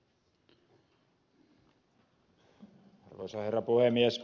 arvoisa herra puhemies